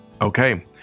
Okay